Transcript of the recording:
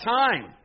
time